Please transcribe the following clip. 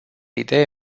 idee